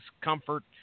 comfort